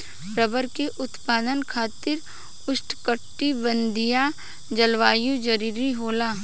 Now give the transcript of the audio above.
rubber के उत्पादन खातिर उष्णकटिबंधीय जलवायु जरुरी होला